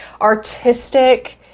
artistic